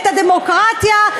את הדמוקרטיה?